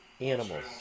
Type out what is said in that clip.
Animals